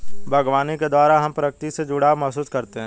बागवानी के द्वारा हम प्रकृति से जुड़ाव महसूस करते हैं